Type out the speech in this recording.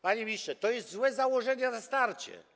Panie ministrze, to jest złe założenie na starcie.